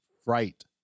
Fright